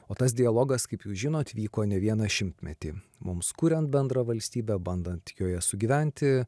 o tas dialogas kaip jūs žinot vyko ne vieną šimtmetį mums kuriant bendrą valstybę bandant joje sugyventi